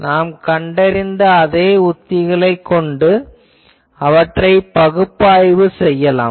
நாம் கண்டறிந்த அதே உத்திகளைக் கொண்டு அவற்றைப் பகுப்பாய்வு செய்யலாம்